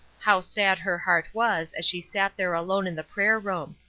how sad her heart was as she sat there alone in the prayer-room.